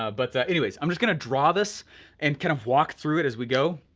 but anyways, i'm just gonna draw this and kinda walk through it as we go.